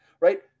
right